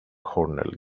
cornell